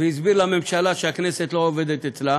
והסביר לממשלה שהכנסת לא עובדת אצלה.